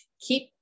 keep